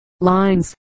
lines